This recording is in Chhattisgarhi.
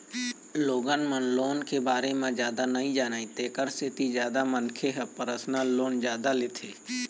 लोगन मन लोन के बारे म जादा नइ जानय तेखर सेती जादा मनखे ह परसनल लोन जादा लेथे